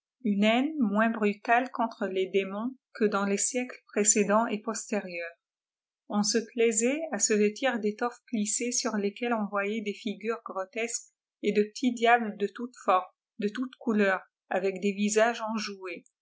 une haine moins brutale contre les démons que dans les siècles précédents et postérieui s on se plaisait à se vêtir d'étoffes plissées sur lesquelles oii voyait des figures grotesques et de petits diables de toutes formes de toutes couleurs avec des visages enjoués